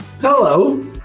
Hello